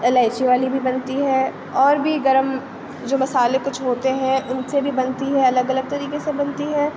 الائچی والی بھی بنتی ہے اور بھی گرم جو مسالے کچھ ہوتے ہیں ان سے بھی بنتی ہے الگ الگ طریقے سے بنتی ہے